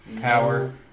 power